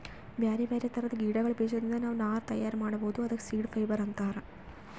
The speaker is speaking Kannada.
ಬ್ಯಾರೆ ಬ್ಯಾರೆ ಥರದ್ ಗಿಡಗಳ್ ಬೀಜದಿಂದ್ ನಾವ್ ನಾರ್ ತಯಾರ್ ಮಾಡ್ಬಹುದ್ ಅದಕ್ಕ ಸೀಡ್ ಫೈಬರ್ ಅಂತಾರ್